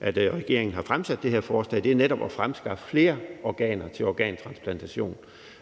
at regeringen har fremsat det her forslag, er netop at fremskaffe flere organer til organtransplantation,